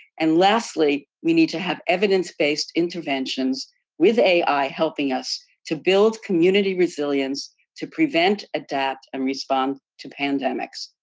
and lastly, we need to have evidence-based interventions with ai helping us to build community resilience to prevent, adapt and respond to pandemics.